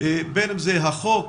בין אם זה החוק,